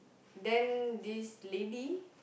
then this lady